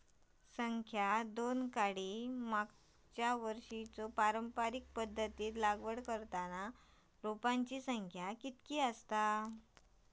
संख्या दोन काडी मागचो वर्षी पारंपरिक पध्दतीत लागवड करताना रोपांची संख्या किती आसतत?